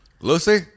Lucy